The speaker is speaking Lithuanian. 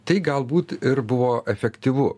tai galbūt ir buvo efektyvu